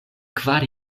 kvar